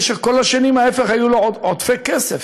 להפך, כל השנים היו לו עודפי כסף.